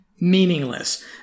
meaningless